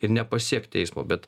ir nepasiekt teismo bet